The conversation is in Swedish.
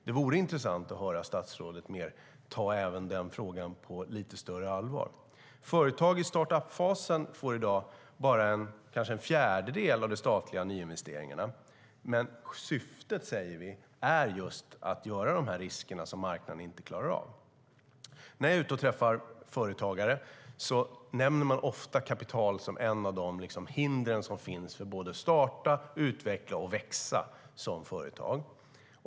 Det vore intressant att höra statsrådet ta den frågan på lite större allvar. Företag i uppstartsfasen får i dag kanske bara en fjärdedel av de statliga nyinvesteringarna, men som vi säger är syftet just att ta de risker som marknaden inte klarar av. När jag är ute och träffar företagare nämner de ofta kapital som ett av hindren för att starta, utveckla och växa som företag.